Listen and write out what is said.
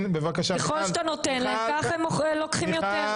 ככל שאתה נותן להם כך הם לוקחים יותר.